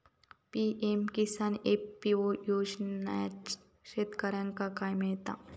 PM Kisan FPO योजनाच्यात शेतकऱ्यांका काय मिळता?